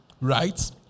right